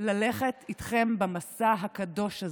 ללכת איתכם במסע הקדוש הזה,